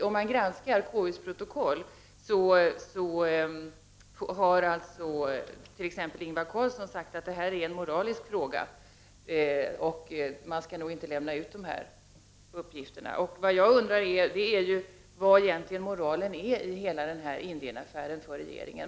Om man granskar KU:s protokoll framkommer att t.ex. Ingvar Carlsson har sagt att det är en moralisk fråga och att man nog inte skall lämna ut uppgifterna. Vad har egentligen regeringen för moral i den här Indienaffären?